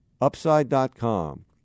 Upside.com